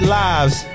lives